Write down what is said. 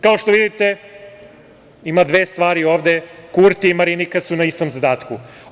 Kao što vidite, ima dve stvari ovde - Kurti i Marinika su na istom zadatku.